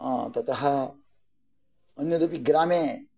ततः अन्यदपि ग्रामे